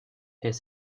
est